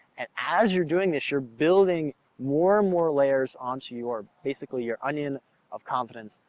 and as you're doing this, you're building more and more layers onto your, basically your onion of confidence,